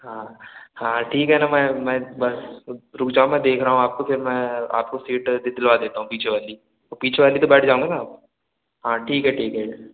हाँ हाँ ठीक है ना मैं मैं बस रुक जाओ मैं देख रहा हूँ आपको फिर मैं आपको सीट दिलवा देता हूँ पीछे वाली वो पीछे वाली तो बैठ जाओगे ना आप हाँ ठीक है ठीक है